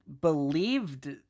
believed